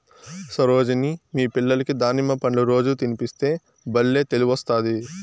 సరోజిని మీ పిల్లలకి దానిమ్మ పండ్లు రోజూ తినిపిస్తే బల్లే తెలివొస్తాది